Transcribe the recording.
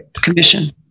commission